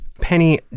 Penny